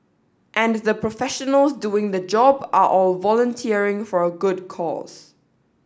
and the professionals doing the job are all volunteering for a good cause